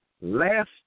Last